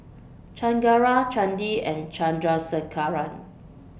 Chengara Chandi and Chandrasekaran